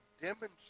demonstrate